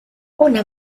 una